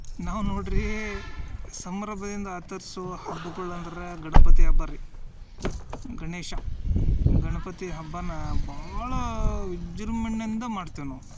ನಾವು ನೋಡ್ರೀ ಸಂಭ್ರಮದಿಂದ ಆಚರಿಸುವ ಹಬ್ಬಗಳಂದರೆ ಗಣಪತಿ ಹಬ್ಬ ರೀ ಗಣೇಶ ಗಣಪತಿ ಹಬ್ಬನಾ ಭಾಳ ವಿಜೃಂಭಣೆಯಿಂದ ಮಾಡ್ತೀವಿ ನಾವು